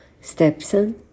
stepson